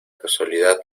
casualidad